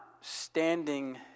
standing